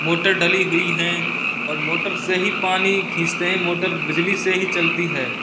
motor डली हुई है और मोटर से ही पानी खींचते है मोटर बिजली से ही चलती है